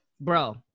bro